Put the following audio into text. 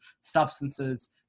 substances